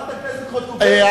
חברת הכנסת חוטובלי תסכים לזה?